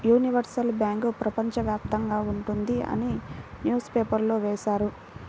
universal bank ప్రపంచ వ్యాప్తంగా ఉంటుంది అని న్యూస్ పేపర్లో వేశారు